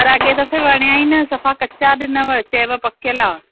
पर अॻे दफ़े वणिया ई न सफ़ा कचा ॾिनव चयव पकियल आहे